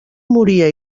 moria